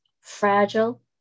fragile